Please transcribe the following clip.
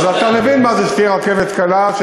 אז אתה מבין מה זה שתהיה רכבת קלה.